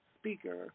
speaker